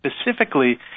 specifically